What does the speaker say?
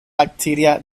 bacteria